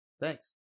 Thanks